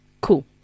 cool